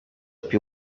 più